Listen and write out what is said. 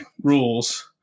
rules